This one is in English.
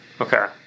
Okay